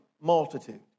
multitude